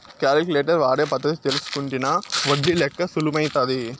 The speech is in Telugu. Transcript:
కాలిక్యులేటర్ వాడే పద్ధతి తెల్సుకుంటినా ఒడ్డి లెక్క సులుమైతాది